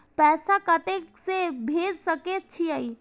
पैसा कते से भेज सके छिए?